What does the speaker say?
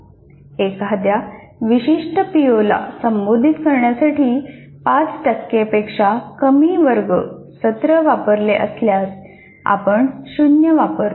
एखाद्या विशिष्ट पीओला संबोधित करण्यासाठी 5 टक्के पेक्षा कमी वर्ग सत्र वापरले असल्यास आपण 0 वापरतो